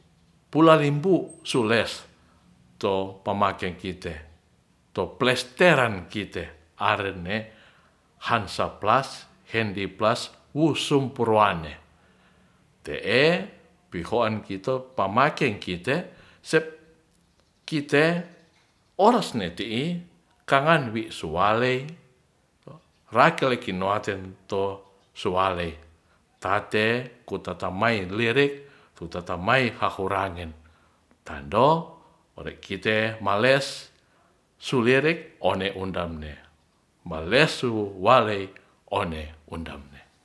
Pulalimpu sules to pamake kite to plesteran kite aren ne hansaplas hendiplas wusumporoane te'e pihoan kite pamnakeng kite sep kite ores ne ti. i karan wi suwaley rakel kinoaten to suwalei tate kutatamai lirik kutatamai hahorangen tando ore kikte males sulirik one undam ne bales su wale one undam ne